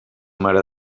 mare